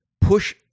push